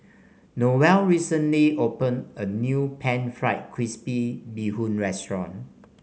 Noel recently opened a new pan fried crispy Bee Hoon restaurant